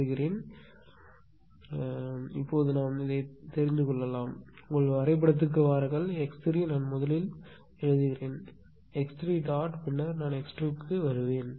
எழுதுவேன் இப்போது நாம் தெரிந்து கொள்ளலாம் உங்கள் வரைபடத்திற்கு வாருங்கள் இந்த x3 முதலில் நான் எழுதுகிறேன் ̇ பின்னர் நான் க்கு வருவேன்